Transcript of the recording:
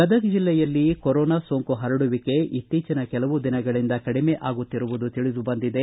ಗದಗ ಜಿಲ್ಲೆಯಲ್ಲಿ ಕೋರೊನಾ ಸೋಂಕು ಪರಡುವಿಕೆ ಇತ್ತಿಚಿನ ಕೆಲವು ದಿನಗಳಿಂದ ಕಡಿಮೆ ಆಗುತ್ತಿರುವುದು ತಿಳಿದುಬಂದಿದೆ